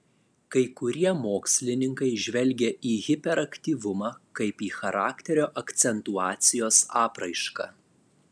kai kurie mokslininkai žvelgia į hiperaktyvumą kaip į charakterio akcentuacijos apraišką